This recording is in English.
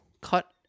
cut